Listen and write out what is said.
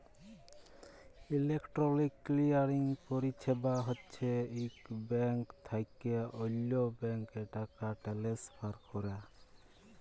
electronic clearing পরিছেবা হছে ইক ব্যাংক থ্যাইকে অল্য ব্যাংকে টাকা টেলেসফার ক্যরা